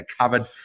covered